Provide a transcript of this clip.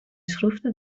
schroefde